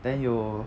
then 有